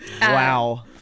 Wow